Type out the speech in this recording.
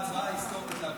בהסכמת כולם?